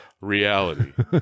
Reality